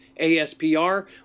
ASPR